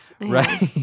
Right